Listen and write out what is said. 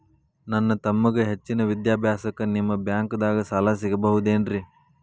ನನ್ನ ತಮ್ಮಗ ಹೆಚ್ಚಿನ ವಿದ್ಯಾಭ್ಯಾಸಕ್ಕ ನಿಮ್ಮ ಬ್ಯಾಂಕ್ ದಾಗ ಸಾಲ ಸಿಗಬಹುದೇನ್ರಿ?